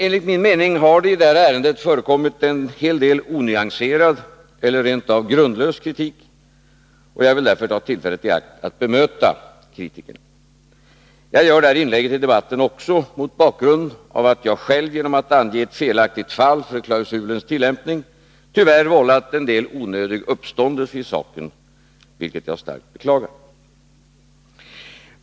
Enligt min mening har i detta ärende emellertid förekommit en hel del onyanserad eller rent av grundlös kritik, och jag vill därför ta tillfället i akt att bemöta kritikerna. Jag gör detta inlägg i debatten också mot bakgrund av att jag själv genom att ange ett felaktigt fall för klausulens tillämpning tyvärr vållade en del onödig uppståndelse i saken, vilket jag starkt beklagar.